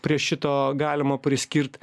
prie šito galima priskirt